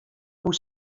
koe